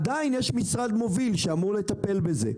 יש עדיין משרד מוביל, שאמור לטפל בזה.